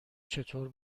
چطور